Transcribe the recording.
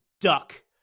duck